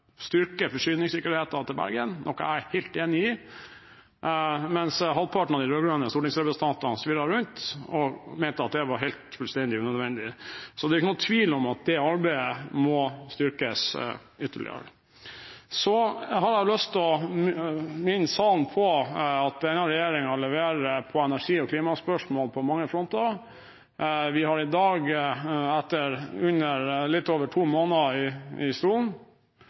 styrke forsyningssikkerheten til Bergen – noe jeg er helt enig i – mens halvparten av de rød-grønne stortingsrepresentantene svirret rundt og mente at det var fullstendig unødvendig. Så det er ikke noen tvil om at det arbeidet må styrkes ytterligere. Så har jeg lyst til å minne salen på at denne regjeringen leverer på energi- og klimaspørsmål på mange fronter. Vi har i dag etter litt over to måneder i stolen